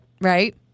right